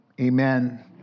Amen